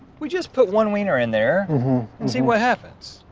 we just put one wiener in there and see what happens.